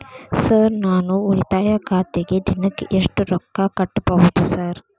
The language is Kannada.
ಸರ್ ನಾನು ಉಳಿತಾಯ ಖಾತೆಗೆ ದಿನಕ್ಕ ಎಷ್ಟು ರೊಕ್ಕಾ ಕಟ್ಟುಬಹುದು ಸರ್?